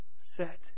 Set